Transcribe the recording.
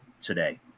today